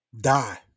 die